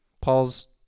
Paul's